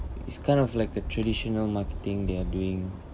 it's kind of like a traditional marketing they're doing